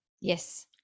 Yes